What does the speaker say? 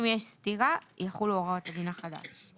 אם יש סתירה יחולו הוראות הדין החדש.